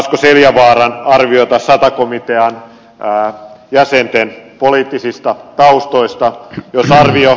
asko seljavaaran arvion sata komitean jäsenten poliittisista taustoista